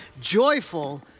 joyful